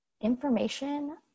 information